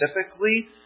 specifically